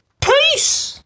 peace